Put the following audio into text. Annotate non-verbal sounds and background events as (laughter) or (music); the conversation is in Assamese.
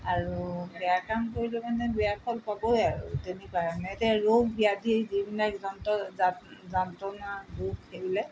আৰু বেয়া কাম কৰিলে মানে বেয়া ফল পাবই আৰু তেনেকুৱা এতিয়া ৰোগ (unintelligible) যিবিলাক যন্ত্ৰ যা যন্ত্ৰনা ৰোগ খেলিলে